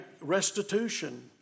restitution